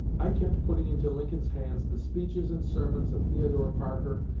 i kept putting into lincoln's hands the speeches and sermons of theodore parker,